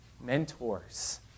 mentors